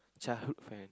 childhood friend